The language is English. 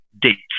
dates